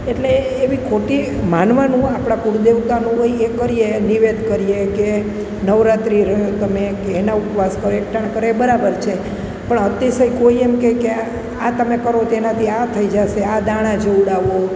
એટલે એવી ખોટી માનવાનું આપણા કુળ દેવતાનું હોય એ કરીએ નિવેદ કરીએ કે નવરાત્રી રયો તમે કે એના ઉપવાસ કરે એકટાણા કરે એ બરાબર છે પણ અતિશય કોઈ એમ કહે કે આ તમે કરો એનાથી આ થઈ જાશે આ દાણા જોવડાવો